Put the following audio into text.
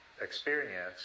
experience